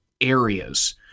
areas